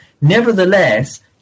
Nevertheless